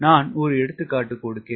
நான் ஒரு எடுத்துக்காட்டு கொடுக்கிறேன்